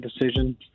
decision